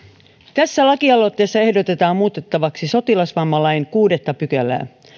tässä lakialoitteessa ehdotetaan muutettavaksi sotilasvammalain kuudetta pykälää